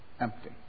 empty